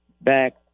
back